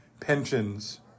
pensions